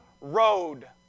road